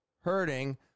hurting